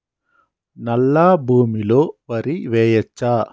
నల్లా భూమి లో వరి వేయచ్చా?